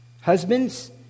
Husbands